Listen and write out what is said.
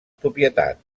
propietat